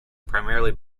primarily